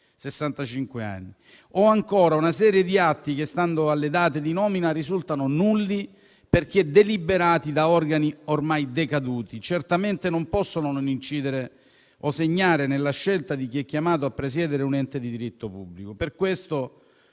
anni), o ancora una serie di atti che, stando alle date di nomina, risultano nulli perché deliberati da organi ormai decaduti, certamente non possono non incidere nella scelta di chi è chiamato a presiedere un ente di diritto pubblico. Per questo